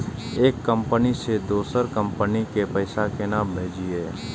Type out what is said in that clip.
एक कंपनी से दोसर कंपनी के पैसा केना भेजये?